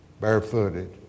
barefooted